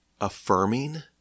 affirming